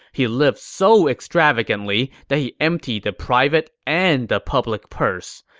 he lived so extravagantly that he emptied the private and the public purse.